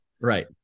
right